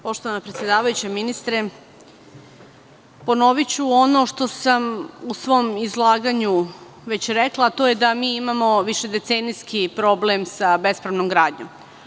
Poštovana predsedavajuća, ministre, ponoviću ono što sam u svom izlaganju već rekla, a to je da imamo višedecenijski problem sa bespravnom gradnjom.